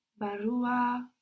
barua